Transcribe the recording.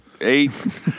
eight